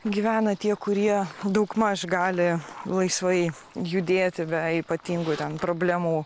gyvena tie kurie daugmaž gali laisvai judėti be ypatingų ten problemų